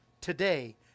today